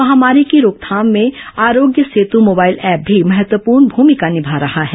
महामारी की रोकथाम में आरोग्य सेतु मोबाइल ऐप भी महत्वपूर्ण भूमिका निभा रहा है